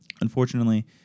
Unfortunately